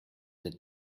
the